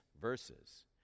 Verses